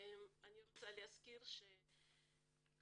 אני רוצה להזכיר שכרגע,